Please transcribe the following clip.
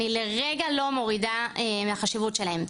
אני לרגע לא מורידה מהחשיבות שלהם,